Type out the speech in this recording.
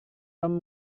tom